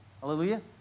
Hallelujah